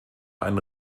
einen